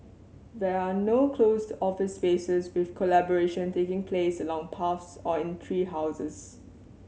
there are no closed office spaces with collaboration taking place along paths or in tree houses